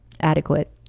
adequate